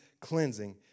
cleansing